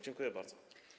Dziękuję bardzo.